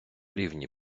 рівні